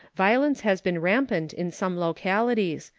violence has been rampant in some localities,